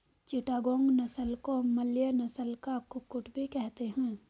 चिटागोंग नस्ल को मलय नस्ल का कुक्कुट भी कहते हैं